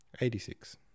Eighty-six